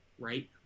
right